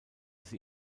sie